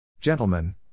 Gentlemen